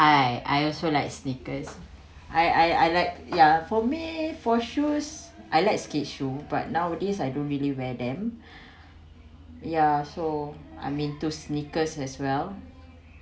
I I also like sneakers I I I like ya for me for shoes I like Skechers but nowadays I don't really wear them ya so I mean to sneakers as well